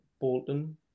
Bolton